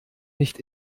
nicht